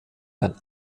der